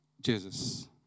Jesus